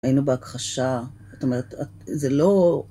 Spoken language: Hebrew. היינו בהכחשה, זאת אומרת, זה לא...